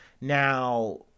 Now